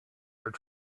their